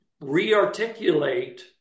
re-articulate